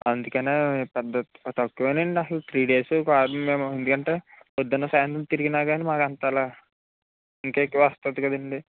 అందుకనే తక్కువేనండి అసలు త్రీ డేస్ రామండి మేము అసలు ఎందుకంటే పొద్దున సాయంత్రం తిరిగిన గాని మాకు అంతలా ఇంకా ఎక్కువే వస్తుంది కదండి